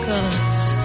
Cause